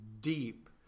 deep